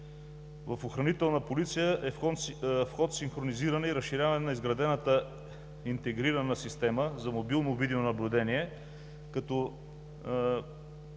В „Охранителна полиция“ е в ход синхронизиране и разширяване на изградената Интегрирана система за мобилно видеонаблюдение, като